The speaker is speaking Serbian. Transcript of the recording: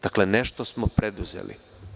Dakle, nešto smo preduzeli.